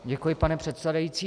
Děkuji, pane předsedající.